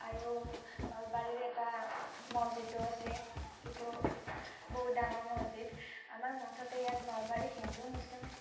আৰু নলবাৰীৰে এটা মছজিদো আছে যিটো বহুত ডাঙৰ মছজিদ আমাৰ মুঠতে ইয়াত নলবাৰীত হিন্দু মুছলিম